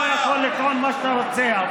אתה יכול לטעון מה שאתה רוצה.